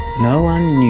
no one knew.